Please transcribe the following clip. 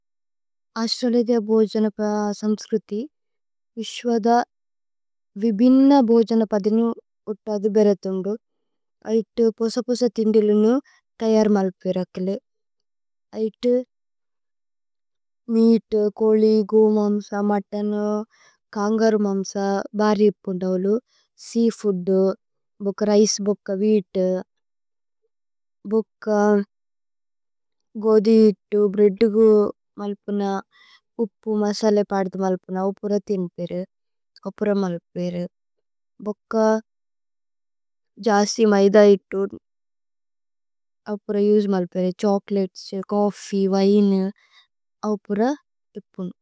അശ്രലിദേഹ് ഭോജന പ സമ്സ്ക്രുതി, വിശ്വദ വിബിന്ന ഭോജന പദിനു ഉത്തദി ബേരേഥുന്ഗ്ദു। ഐത് പോസ പോസ തിന്ദിലുനു ത്യര് മലുപിരകിലു। ഐത് മേഅത്, കോലി, ഗു മമ്സ മതനു, കന്ഗര് മമ്സ, ബരി പുന്ദവുലു। സേഅഫൂദ്। ഭുക്ക് രിചേ ബുക്ക് അവിത്। ഭുക്ക് ഗോദിത്, ബ്രേഅദ് ഗു മല്പുന। ഉപ്പു മസലേ പദിനു മല്പുന। ഉപുര തിന്ദു പേരി। ഉപുര മല്പ്പേരി। ഭുക്ക് ജസി മൈദ ഇതുന്। ഉപുര ഉസേ മല്പേരേ। Chocolates, coffee, wine. ഉപുര ഉപുന്।